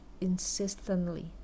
insistently